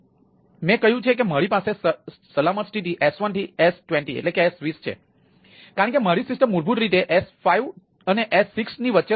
તેથી મેં કહ્યું છે કે મારી પાસે સલામત સ્થિતિ s1 થી s20 છે કારણ કે મારી સિસ્ટમ મૂળભૂત રીતે s5 અને s16 ની વચ્ચે રહે છે